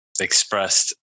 expressed